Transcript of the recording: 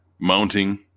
mounting